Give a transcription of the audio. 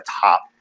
top